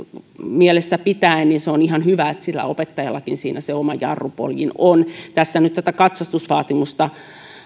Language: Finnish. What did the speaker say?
mielessä pitäen on ihan hyvä että opettajallakin on oma jarrupoljin tässä nyt tätä katsastusvaatimusta